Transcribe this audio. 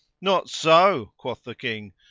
not so, quoth the king,